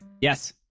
Yes